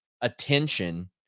attention